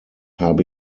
habe